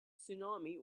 tsunami